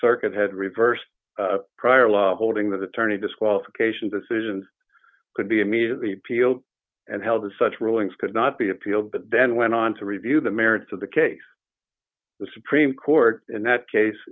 circuit had reversed prior law holding d that attorney disqualification decisions could be immediately appealed and held as such rulings could not be appealed but then went on to review the merits of the case the supreme court in that case